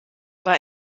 war